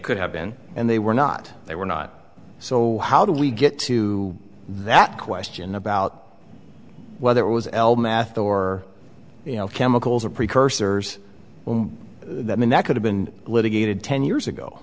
could have been and they were not they were not so how do we get to that question about whether it was el math or chemicals or precursors that mean that could have been litigated ten years ago